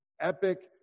epic